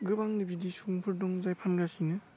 गोबां बिदि सुबुंफोर दं जाय फानगासिनो